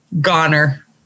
goner